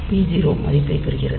p0 மதிப்பைப் பெறுகிறது